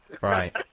Right